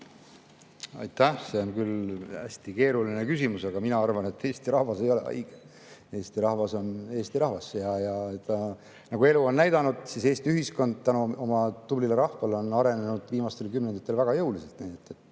Aitäh! See on küll hästi keeruline küsimus, aga mina arvan, et Eesti rahvas ei ole haige. Eesti rahvas on Eesti rahvas ja nagu elu on näidanud, siis Eesti ühiskond tänu oma tublile rahvale on arenenud viimastel kümnenditel väga jõuliselt.